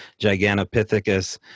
Gigantopithecus